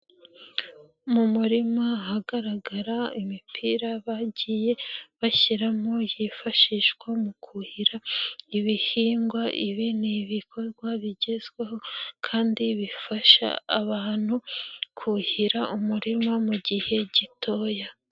Mu murima ahagaragara imipira bagiye bashyiramo yifashishwa mu kuhira ibihingwa, ibi ni ibikorwa bigezweho kandi bifasha abantu kuhira umurima mu gihe gitoya.